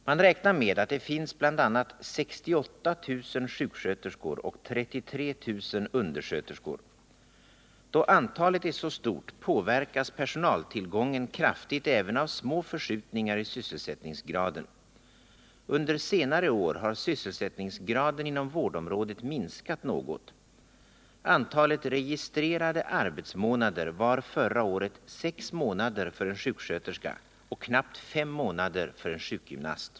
Man räknar med att det finns bl.a. 68 000 sjuksköterskor och 33 000 undersköterskor. Då antalet är så stort påverkas personaltillgången kraftigt även av små förskjutningar i sysselsättningsgraden. Under senare år har sysselsättningsgraden inom vårdområdet minskat något. Antalet registrerade arbetsmånader var förra året sex månader för en sjuksköterska och knappt fem månader för en sjukgymnast.